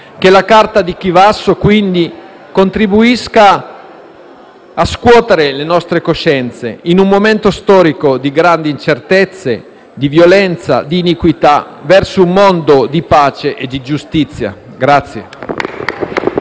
Che la Carta di Chivasso, quindi, contribuisca a scuotere le nostre coscienze, in un momento storico di grandi incertezze, di violenza e di iniquità verso un mondo di pace e di giustizia.